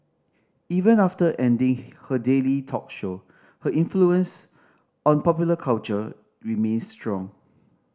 even after ending her daily talk show her influence on popular culture remains strong